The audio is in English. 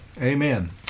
Amen